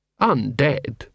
undead